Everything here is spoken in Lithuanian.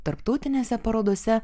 tarptautinėse parodose